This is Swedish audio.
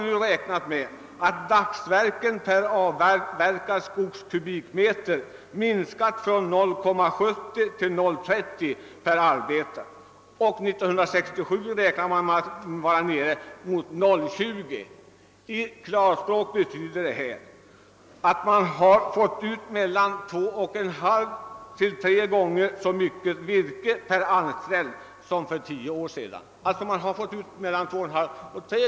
Man räknar med att antalet dagsverken per avverkad skogskubikmeter minskat från 0,70 till 0,30 under de senaste tio åren. Man räknar med att vi 1967 skall vara nere i 0,20 dagsverken per avverkad skogskubikmeter. Detta betyder i klartext att man nu får ut 2,5 till 3 gånger så mycket virke per anställd som för tio år sedan. Tänk er motsvarande siffror om tio år!